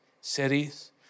cities